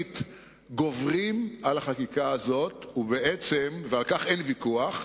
גוברים על החקיקה הזאת, ועל כך אין ויכוח.